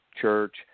church